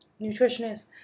nutritionist